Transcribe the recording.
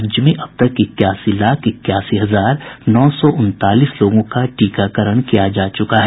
राज्य में अब तक इक्यासी लाख इक्यासी हजार नौ सौ उनतालीस लोगों का टीकाकरण किया जा चुका है